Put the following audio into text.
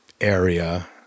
area